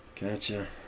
Gotcha